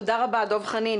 תודה רבה דב חניון.